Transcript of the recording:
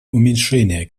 уменьшение